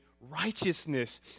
righteousness